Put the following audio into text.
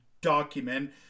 document